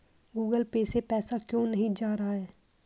Google Pay से पैसा क्यों नहीं जा रहा है?